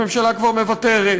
הממשלה כבר מוותרת,